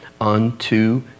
unto